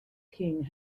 king